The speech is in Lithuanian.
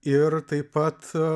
ir taip pat